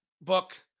book